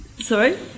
Sorry